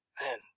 Man